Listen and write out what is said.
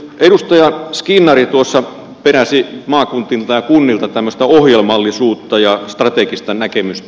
edustaja skinnari tuossa peräsi kunnilta tämmöistä ohjelmallisuutta ja strategista näkemystä